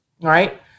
right